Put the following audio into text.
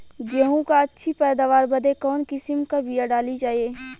गेहूँ क अच्छी पैदावार बदे कवन किसीम क बिया डाली जाये?